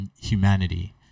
humanity